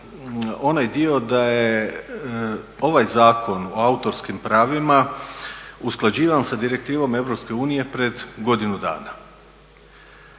onaj dio da je ovaj Zakon o autorskim pravima usklađivan sa direktivom Europske unije pred godinu dana.